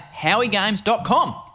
HowieGames.com